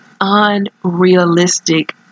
unrealistic